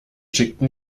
schickten